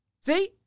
See